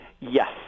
Yes